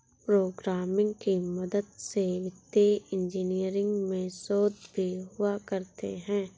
programming की मदद से वित्तीय इन्जीनियरिंग में शोध भी हुआ करते हैं